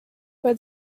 but